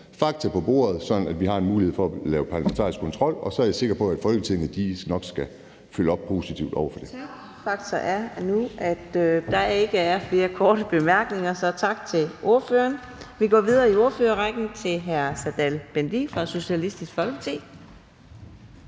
fakta på bordet, sådan at vi har en mulighed for at lave parlamentarisk kontrol, og så er jeg sikker på, at Folketinget nok skal følge positivt op på det. Kl. 15:18 Anden næstformand (Karina Adsbøl): Tak. Fakta er, at der nu ikke er flere korte bemærkninger. Så tak til ordføreren. Vi går videre i ordførerrækken til hr. Serdal Benli fra Socialistisk Folkeparti.